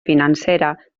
financera